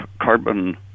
carbon